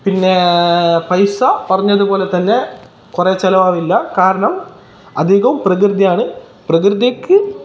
പിന്നെ പൈസ പറഞ്ഞതുപോലെ തന്നെ കുറെ ചിലവാവില്ല കാരണം അധികവും പ്രകൃതിയാണ് പ്രകൃതിക്ക്